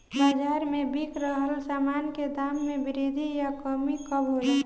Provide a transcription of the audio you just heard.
बाज़ार में बिक रहल सामान के दाम में वृद्धि या कमी कब होला?